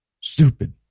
Stupid